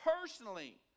personally